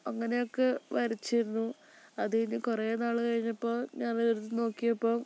അങ്ങനെയൊക്കെ വരച്ചിരുന്നു അത് കഴിഞ്ഞ് കുറേ നാള് കഴിഞ്ഞപ്പോൾ ഞാൻ അതെടുത്ത് നോക്കിയപ്പം